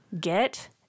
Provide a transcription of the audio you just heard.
Get